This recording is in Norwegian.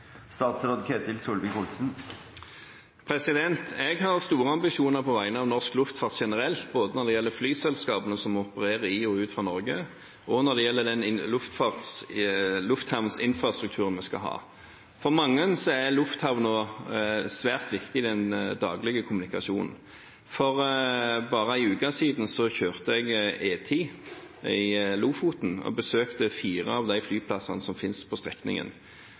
Jeg har store ambisjoner på vegne av norsk luftfart generelt, både når det gjelder flyselskapene som opererer i og utenfor Norge, og når det gjelder lufthavnsinfrastrukturen vi skal ha. For mange er lufthavner svært viktig i den daglige kommunikasjonen. For bare en uke siden kjørte jeg E10 i Lofoten og besøkte fire av de flyplassene som finnes på den strekningen.